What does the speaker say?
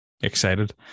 excited